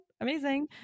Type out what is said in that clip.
amazing